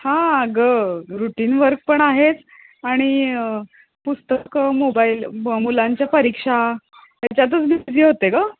हां अगं routine work पण आहेत आणि पुस्तकं मोबाईल ब मुलांच्या परीक्षा याच्यातच मी बिझी होते गं